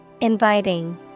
Inviting